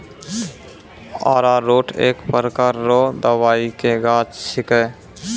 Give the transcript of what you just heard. अरारोट एक प्रकार रो दवाइ के गाछ छिके